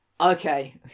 Okay